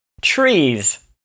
trees